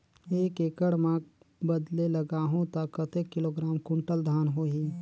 एक एकड़ मां बदले लगाहु ता कतेक किलोग्राम कुंटल धान होही?